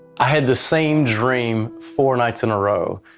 i had the same dream four nights in a row,